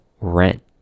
rent